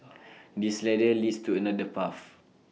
this ladder leads to another path